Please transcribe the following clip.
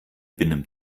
benimmt